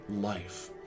life